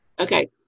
Okay